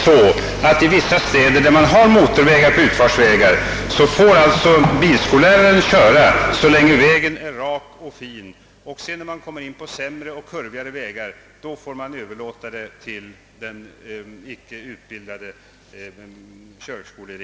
I vissa städer, där man har motorvägar som utfartsvägar, får bilskolläraren nu köra så länge vägen är rak och fin, men när man sedan kommer in på sämre och kurvigare vägar, får ratten överlåtas till den icke utbildade körskoleeleven.